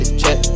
check